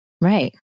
Right